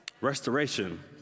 Restoration